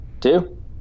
two